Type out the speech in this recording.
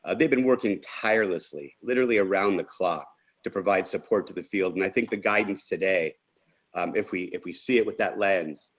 ah they've been working tirelessly literally around the clock to provide support to the field and i think the guidance today if we if we see it with that lens,